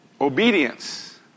obedience